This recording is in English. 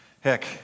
Heck